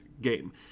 game